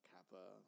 Kappa